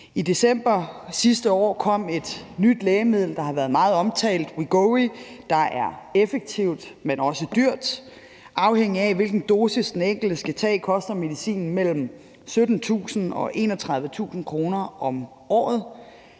I december sidste år kom et nyt lægemiddel, der har været meget omtalt, nemlig Wegovy, der er effektivt, men også dyrt. Afhængigt af hvilken dosis den enkelte skal tage, koster medicinen mellem 17.000 og 31.000 kr. om året.